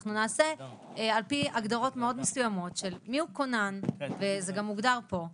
אנחנו נעשה על פי הגדרות מאוד מסוימות של מיהו כונן וזה גם הוגדר פה,